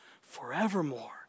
forevermore